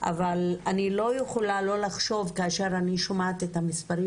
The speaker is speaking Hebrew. אבל אני לא יכולה לא לחשוב כאשר אני שומעת את המספרים